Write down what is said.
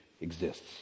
exists